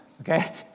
okay